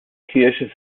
kirche